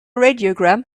radiogram